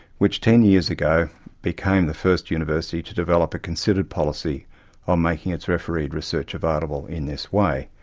which ten years ago became the first university to develop a considered policy on making its refereed research available in this way.